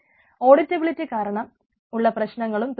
auditability കാരണം ഉള്ള പ്രശ്നങ്ങളും തീർക്കണം